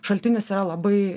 šaltinis yra labai